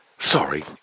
sorry